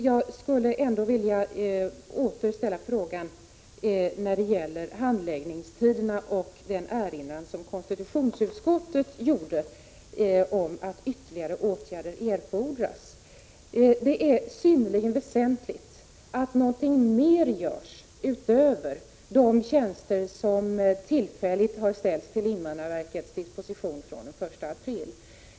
Jag skulle ändå vilja ta upp frågan om handläggningstiderna och den erinran som konstitutionsutskottet gjort om att ytterligare åtgärder erfordras. Det är synnerligen väsentligt att någonting görs utöver åtgärden att tillfälligt ställa till invandrarverkets disposition några tjänster fr.o.m. den 1 april.